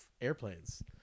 airplanes